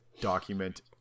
document